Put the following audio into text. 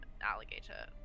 alligator